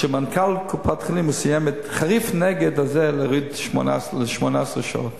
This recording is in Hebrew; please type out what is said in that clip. שמנכ"ל קופת-חולים מתנגד בחריפות להוריד ל-18 שעות.